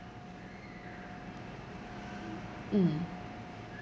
mm